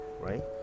right